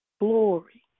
glory